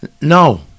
No